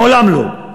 מעולם לא.